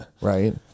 right